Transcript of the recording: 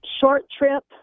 Short-trip